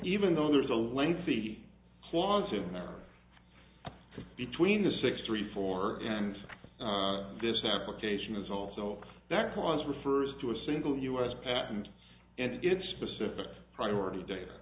even though there is a lengthy clause in there between the six three four and this application is also that cause refers to a single us patent and it's specific priority da